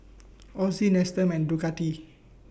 Ozi Nestum and Ducati